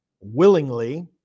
willingly